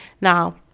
Now